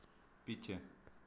पीछे